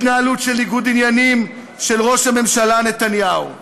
התנהלות של ניגוד עניינים של ראש הממשלה נתניהו.